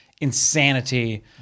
insanity